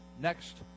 next